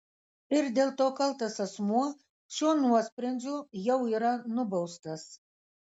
ir dėl to kaltas asmuo šiuo nuosprendžiu jau yra nubaustas